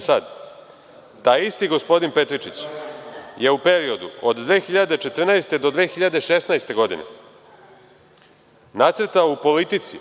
sad, taj isti gospodin Petričić je u periodu od 2014. do 2016. godine nacrtao u „Politici“,